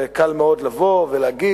וקל מאוד לבוא ולהגיד,